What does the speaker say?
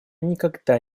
никогда